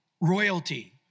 royalty